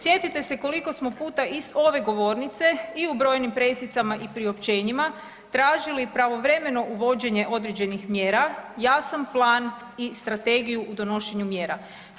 Sjetite se koliko smo puta i s ove govornice i u brojnim pressicama i priopćenjima tražili pravovremeno uvođenje određenih mjera, jasan plan i strategiju u donošenju mjera.